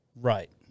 right